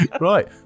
right